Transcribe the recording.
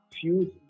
fuse